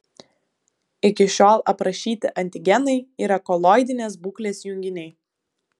iki šiol aprašyti antigenai yra koloidinės būklės junginiai